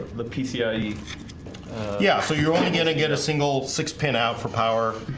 the pcie yeah, so you're only gonna get a single six pin out for power